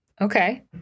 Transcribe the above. Okay